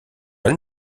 elle